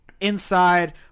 inside